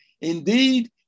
Indeed